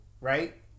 right